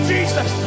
Jesus